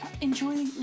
enjoy